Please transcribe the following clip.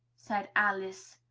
said alice.